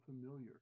familiar